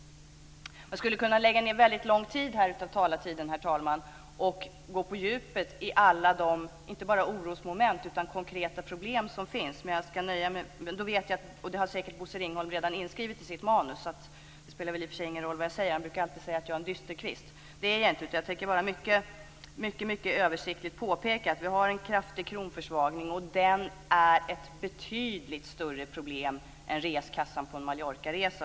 Jag skulle kunna ägna väldigt mycket av min talartid här åt att gå på djupet i fråga om inte bara de orosmoment utan också de konkreta problem som finns. Men det har Bosse Ringholm säkert redan inskrivet i sitt manus. I och för sig spelar det väl ingen roll vad jag säger, för han brukar säga att jag är en dysterkvist. Dock tänkte jag mycket översiktligt påpeka att vi har en kraftig kronförsvagning. Denna är ett betydligt större problem än reskassan vid en Mallorcaresa.